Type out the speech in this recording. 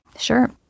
Sure